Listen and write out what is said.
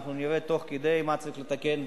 אנחנו נראה תוך כדי מה צריך לתקן,